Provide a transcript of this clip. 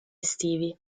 estivi